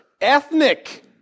ethnic